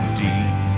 deep